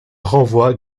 renvoie